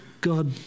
God